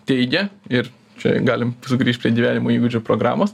teigia ir čia galim sugrįžt prie gyvenimo įgūdžių programos